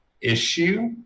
issue